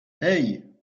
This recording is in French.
hey